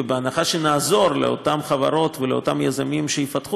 ובהנחה שנעזור לאותן חברות ולאותם יזמים שיפתחו